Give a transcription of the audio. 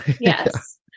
Yes